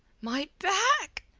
my back!